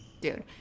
Dude